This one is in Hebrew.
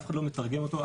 אף אחד לא מתרגם אותו,